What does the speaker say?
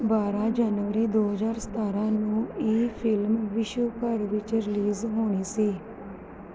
ਬਾਰ੍ਹਾਂ ਜਨਵਰੀ ਦੋ ਹਜ਼ਾਰ ਸਤਾਰਾਂ ਨੂੰ ਇਹ ਫ਼ਿਲਮ ਵਿਸ਼ਵ ਭਰ ਵਿੱਚ ਰਿਲੀਜ਼ ਹੋਈ ਸੀ